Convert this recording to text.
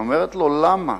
היא שאלה: למה?